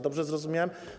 Dobrze zrozumiałem?